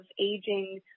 aging